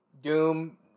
Doom